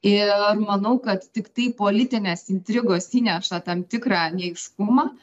ir manau kad tiktai politinės intrigos įneša tam tikrą neaiškumą